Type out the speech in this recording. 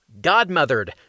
Godmothered